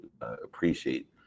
appreciate